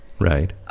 Right